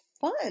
fun